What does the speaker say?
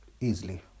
easily